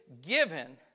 given